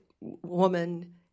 woman